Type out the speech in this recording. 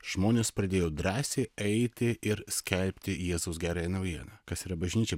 žmonės pradėjo drąsiai eiti ir skelbti jėzaus gerąją naujieną kas yra bažnyčia